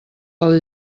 pel